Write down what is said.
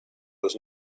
was